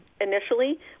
initially